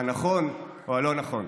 הנכון או הלא-נכון.